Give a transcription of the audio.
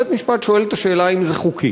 בית-המשפט שואל את השאלה האם זה חוקי,